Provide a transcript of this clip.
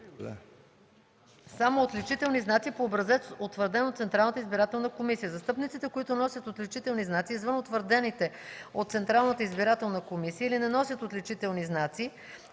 само отличителни знаци по образец, утвърден от Централната избирателна комисия. Застъпниците, които носят отличителни знаци извън утвърдените от Централната избирателна комисия или не носят отличителни знаци,